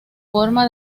forma